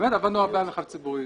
באמת עבדנו הרבה על מרחב ציבורי.